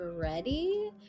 ready